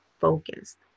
focused